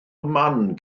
man